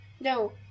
No